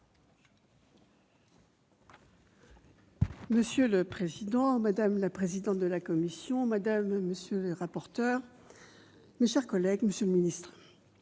Monsieur le président, madame la présidente de la commission, madame, monsieur les rapporteurs, mes chers collègues, monsieur le ministre,